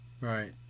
Right